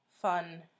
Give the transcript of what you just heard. fun